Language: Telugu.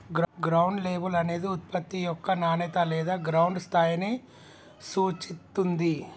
గ్రౌండ్ లేబుల్ అనేది ఉత్పత్తి యొక్క నాణేత లేదా గ్రౌండ్ స్థాయిని సూచిత్తుంది